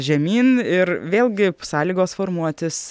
žemyn ir vėlgi sąlygos formuotis